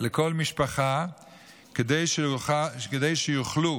לכל משפחה כדי שיוכלו